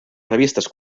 revistes